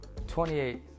28